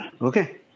Okay